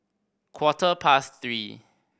quarter past three